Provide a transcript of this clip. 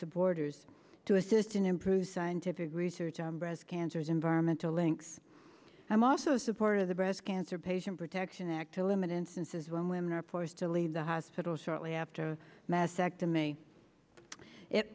supporters to assist in improved scientific research on breast cancers environmental links i'm also support of the breast cancer patient protection act to limit instances when women are forced to leave the hospital shortly after mastectomy